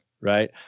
right